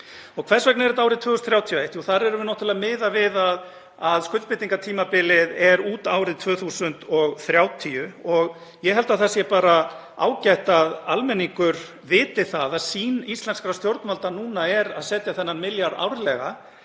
Hvers vegna er þetta árið 2031? Þar erum við náttúrlega að miða við að skuldbindingartímabilið er út árið 2030. Ég held að það sé bara ágætt að almenningur viti að sýn íslenskra stjórnvalda núna er að setja þennan milljarð inn árlega